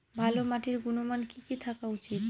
ভালো মাটির গুণমান কি কি থাকা উচিৎ?